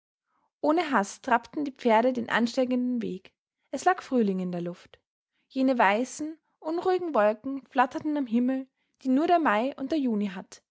ohne hast trappten die pferde den ansteigenden weg es lag frühling in der luft jene weißen unruhigen wolken flatterten am himmel die nur der mai und der juni hat